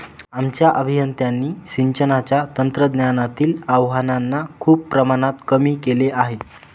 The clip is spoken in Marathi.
आमच्या अभियंत्यांनी सिंचनाच्या तंत्रज्ञानातील आव्हानांना खूप प्रमाणात कमी केले आहे